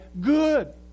good